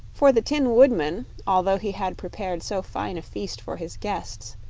for the tin woodman, although he had prepared so fine a feast for his guests,